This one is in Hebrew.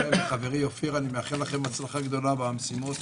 אני מאחל לכם הצלחה רבה במשימות